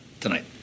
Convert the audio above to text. tonight